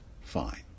fine